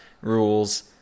rules